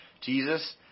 Jesus